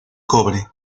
cobre